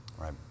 Right